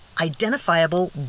identifiable